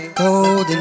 cold